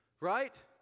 right